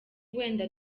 wenda